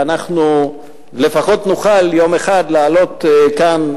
ואנחנו לפחות נוכל יום אחד לעלות כאן,